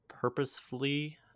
purposefully